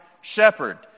shepherd